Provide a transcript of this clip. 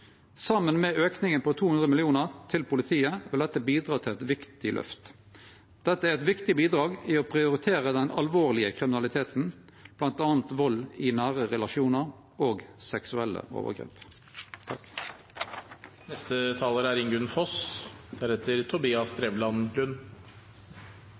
Saman med auken på 200 mill. kr til politiet vil dette bidra til eit viktig løft. Dette er eit viktig bidrag i å prioritere den alvorlege kriminaliteten, bl.a. vald i nære relasjonar og seksuelle overgrep.